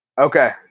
Okay